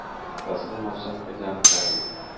फसल मौसम के जानकारी?